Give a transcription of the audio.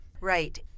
Right